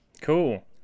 Cool